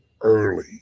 early